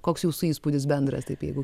koks jūsų įspūdis bendras taip jeigu